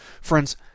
Friends